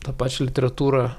tą pačią literatūrą